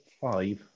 five